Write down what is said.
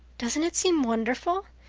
doesn't it seem wonderful?